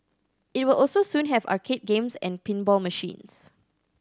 it will also soon have arcade games and pinball machines